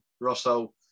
Russell